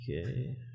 Okay